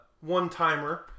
one-timer